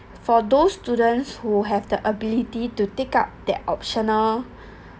for those students who have the ability to take up that optional